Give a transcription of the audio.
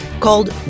Called